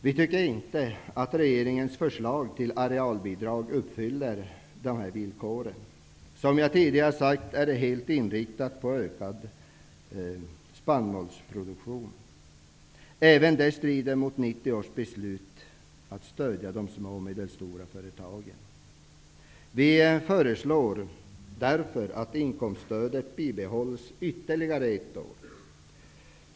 Vi tycker inte att regeringens förslag till arealbidrag uppfyller dessa villkor. Som jag tidigare sade är det helt inriktat på ökad spannmålsproduktion. Även det strider mot 1990 års beslut att man skall stödja de små och medelstora företagen. Vi föreslår därför att inkomststödet bibehålls ytterligare ett år.